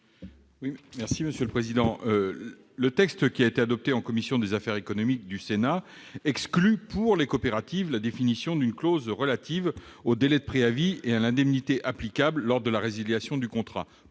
est à M. le ministre. Le texte adopté par la commission des affaires économiques du Sénat exclut pour les coopératives la définition d'une clause relative aux délais de préavis et à l'indemnité applicable lors de la résiliation du contrat.